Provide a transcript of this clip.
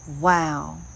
wow